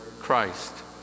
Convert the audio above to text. Christ